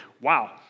wow